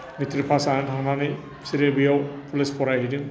matric pass जानानै थांनानै बिसोरो बैयाव कलेज फरायहैदों